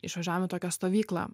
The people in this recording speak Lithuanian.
išvažiavom į tokią stovyklą